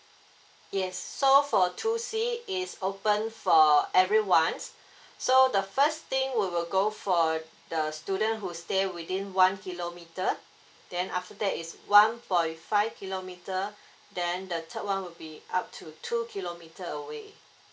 yes so for two C is open for everyone s~ so the first thing we will go for the student who stay within one kilometer then after that is one point five kilometer then the third one will be up to two kilometer away